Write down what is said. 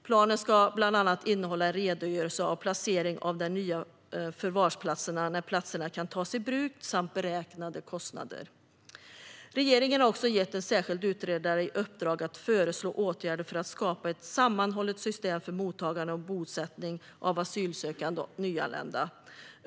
Planen ska bland annat innehålla en redogörelse för placering av de nya förvarsplatserna, när platserna kan tas i bruk samt beräknade kostnader. Regeringen har också gett en särskild utredare i uppdrag att föreslå åtgärder för att skapa ett sammanhållet system för mottagande av och bosättning för asylsökande och nyanlända.